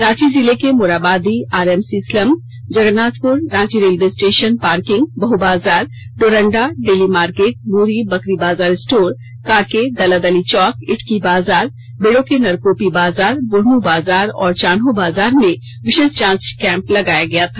रांची जिले के Morabadi RMC slum Jagannathpur Ranchi railway station parking Bahu Bazar Doranda daily market Muri Bakri Bazar store Kanke Daladali Chowk Itki Bazar Bendo के नरकोपी बाजार बुढ़मू बाजार और चन्हो बाजार में विशेष जांच कैंप लगाया गया है